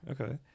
Okay